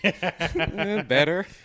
Better